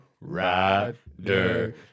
rider